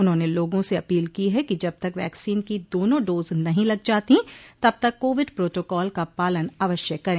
उन्होंने लोगों से अपील की है कि जब तक वैक्सीन की दोनों डोज नहीं लग जातीं तब तक कोविड प्रोटोकॉल का पालन अवश्य करें